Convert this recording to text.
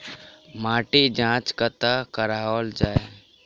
माटिक जाँच कतह कराओल जाए?